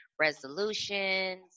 resolutions